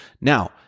Now